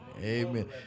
amen